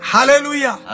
Hallelujah